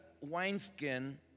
wineskin